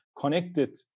connected